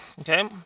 Okay